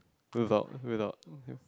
without without